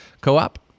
Co-op